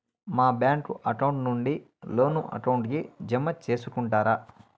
మా bank account నుండి loan account కి జామ సేసుకుంటారా?